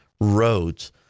roads